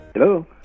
Hello